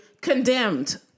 condemned